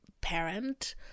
parent